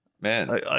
Man